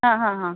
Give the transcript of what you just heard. ಹಾಂ ಹಾಂ ಹಾಂ